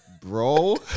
Bro